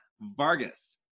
Vargas